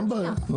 אין בעיה.